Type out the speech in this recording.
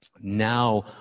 Now